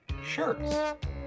shirts